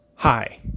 Hi